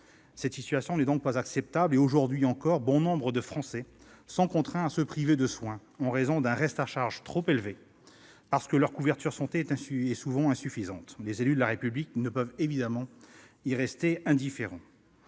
Cette situation n'est pas acceptable ! Aujourd'hui encore, bon nombre de Français sont contraints de se priver de soins en raison d'un reste à charge trop élevé, parce que leur couverture santé est souvent insuffisante. Les élus de la République ne peuvent y être indifférents.